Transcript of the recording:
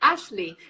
Ashley